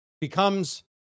becomes